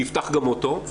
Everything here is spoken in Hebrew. שיפתח גם אותו,